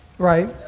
Right